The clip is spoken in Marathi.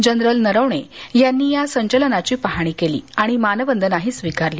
जनरल नरवणे यांनी या संचलनाची पाहणी केली आणि मानवंदना स्वीकारली